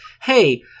hey